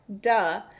duh